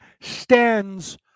stands